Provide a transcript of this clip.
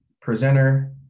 presenter